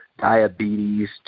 diabetes